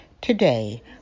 Today